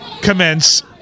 commence